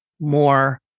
more